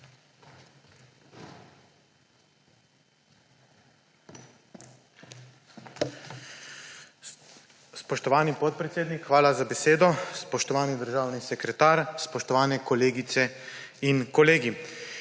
Spoštovani gospod, podpredsednik, hvala za besedo. Spoštovani državni sekretar, spoštovani kolegice in kolegi!